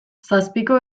zazpiko